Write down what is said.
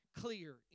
clear